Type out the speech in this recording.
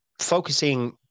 focusing